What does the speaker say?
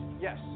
Yes